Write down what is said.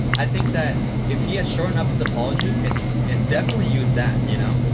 i think that if he had shortened up his apology and and definitely used that, you know,